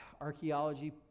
archaeology